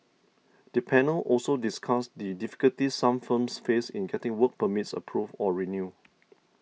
the panel also discussed the difficulties some firms faced in getting work permits approved or renewed